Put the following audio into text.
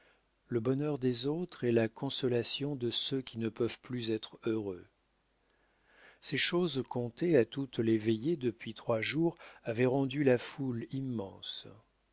le bonheur des autres est la consolation de ceux qui ne peuvent plus être heureux ces choses contées à toutes les veillées depuis trois jours avaient rendu la foule immense